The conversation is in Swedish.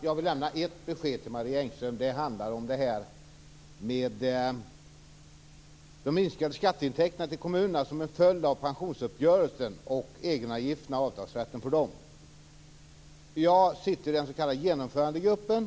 Herr talman! Jag vill till Marie Engström lämna ett besked om de som en följd av pensionsuppgörelsen minskade skatteintäkterna till kommunerna samt om egenavgifterna och avtalsrätten för dem. Jag sitter med i den s.k. genomförandegruppen.